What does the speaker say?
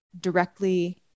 directly